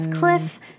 Cliff